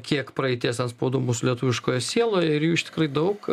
kiek praeities antspaudų mūsų lietuviškoje sieloje ir jų iš tikrųjų daug